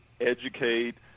educate